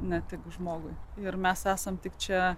ne tik žmogui ir mes esam tik čia